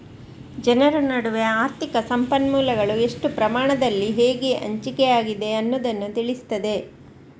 ಜನರ ನಡುವೆ ಆರ್ಥಿಕ ಸಂಪನ್ಮೂಲಗಳು ಎಷ್ಟು ಪ್ರಮಾಣದಲ್ಲಿ ಹೇಗೆ ಹಂಚಿಕೆ ಆಗಿದೆ ಅನ್ನುದನ್ನ ತಿಳಿಸ್ತದೆ